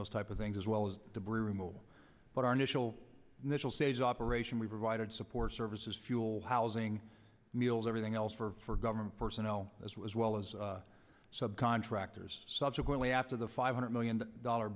those type of things as well as debris removal but our national natural ses operation we provided support services fuel housing meals everything else for government personnel as well as subcontractors subsequently after the five hundred million dollar